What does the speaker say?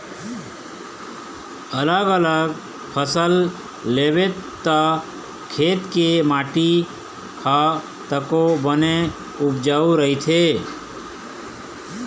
अलग अलग फसल लेबे त खेत के माटी ह तको बने उपजऊ रहिथे